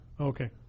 Okay